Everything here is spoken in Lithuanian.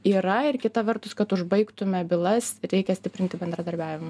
yra ir kita vertus kad užbaigtume bylas reikia stiprinti bendradarbiavimą